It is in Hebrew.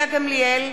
גילה גמליאל,